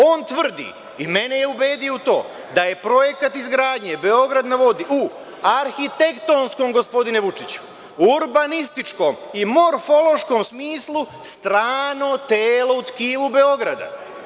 On tvrdi, i mene je ubedio u to, da je projekat izgradnje „Beograd na vodi“ u arhitektonskom, gospodine Vučiću, urbanističkom i morfološkom smislu strano telo u tkivu Beograda.